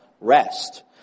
rest